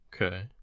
okay